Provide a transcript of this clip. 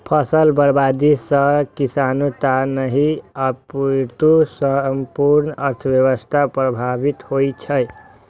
फसल बर्बादी सं किसाने टा नहि, अपितु संपूर्ण अर्थव्यवस्था प्रभावित होइ छै